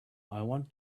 want